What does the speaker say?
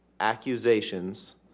accusations